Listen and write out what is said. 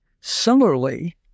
similarly